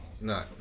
no